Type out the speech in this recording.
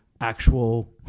actual